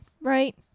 right